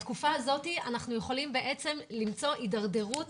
בתקופה הזאת אנחנו יכולים למצוא הידרדרות